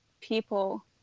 people